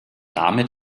damit